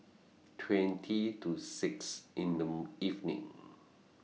twenty to six in The evening